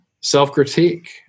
self-critique